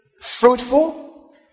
fruitful